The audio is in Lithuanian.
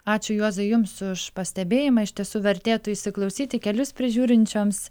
ačiū juozai jums už pastebėjimą iš tiesų vertėtų įsiklausyti kelius prižiūrinčioms